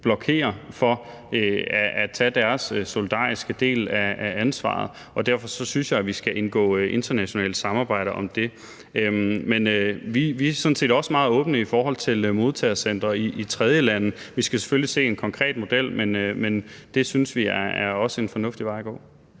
blokerer for at tage deres solidariske del af ansvaret, og derfor synes jeg, at vi skal indgå i et internationalt samarbejde om det. Men vi er sådan set også meget åbne i forhold til modtagecentre i tredjelande. Vi skal selvfølgelig se en konkret model, men det synes vi også er en fornuftig vej at gå.